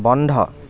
বন্ধ